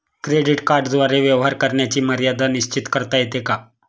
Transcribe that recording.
Credit कार्डद्वारे व्यवहार करण्याची मर्यादा निश्चित करता येते का?